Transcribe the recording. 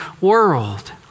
world